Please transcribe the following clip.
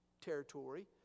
territory